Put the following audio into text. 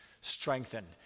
strengthen